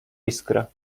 iskra